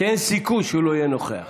שאין סיכוי שהוא לא יהיה נוכח.